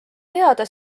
teada